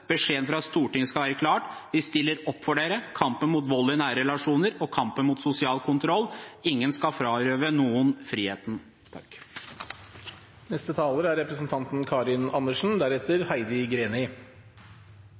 Stortinget skal være klar: Vi stiller opp for dere i kampen mot vold i nære relasjoner og i kampen mot sosial kontroll. Ingen skal frarøve noen friheten. De første lovforslagene i denne saken er